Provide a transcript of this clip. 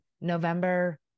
November